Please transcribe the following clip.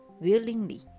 willingly